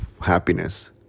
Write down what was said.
happiness